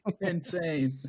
Insane